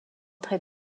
très